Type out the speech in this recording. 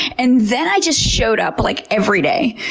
and then i just showed up like every day.